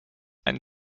ein